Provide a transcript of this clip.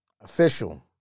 Official